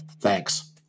thanks